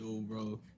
bro